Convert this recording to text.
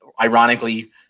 ironically